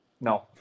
No